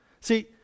See